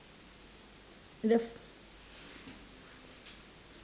the